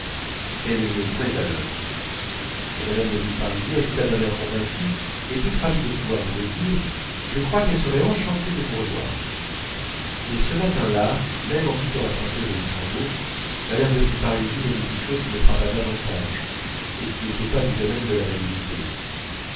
elle a une vraie valeur et mme de villeparisis ajouta d'un air convaincu et toute ravie de pouvoir nous le dire je crois qu'elle serait enchantée de vous revoir mais ce matin-là même en quittant la princesse de luxembourg mme de villeparisis me dit une chose qui me frappa davantage et qui n'était pas du domaine de l'amabilité